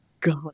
God